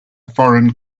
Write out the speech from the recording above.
foreign